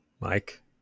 Mike